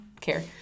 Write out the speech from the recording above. care